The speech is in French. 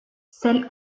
celle